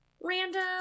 Random